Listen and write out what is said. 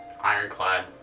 ironclad